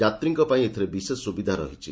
ଯାତ୍ରୀଙ୍କ ପାଇଁ ଏଥିରେ ବିଶେଷ ସୁବିଧା ରହିଛି